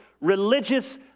Religious